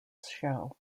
show